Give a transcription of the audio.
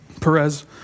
Perez